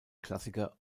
klassiker